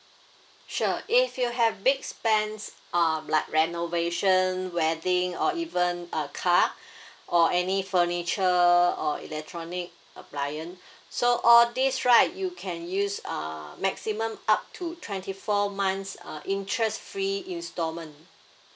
sure if you have a big spends um like renovation wedding or even a car or any furniture or electronic appliance so all these right you can use uh maximum up to twenty four months uh interest free instalment